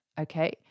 okay